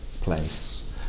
place